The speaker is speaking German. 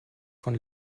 von